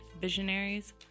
visionaries